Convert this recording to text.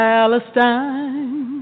Palestine